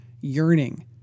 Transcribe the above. yearning